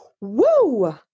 Woo